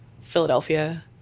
Philadelphia